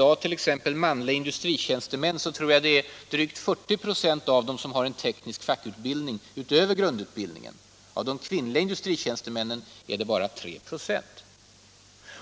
Av manliga industritjänstemän tror jag det i dag är drygt 40 26 som har teknisk fackutbildning utöver grundutbildningen. Av kvinnliga industritjänstemän är det bara 3 ?> som har sådan utbildning.